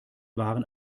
waren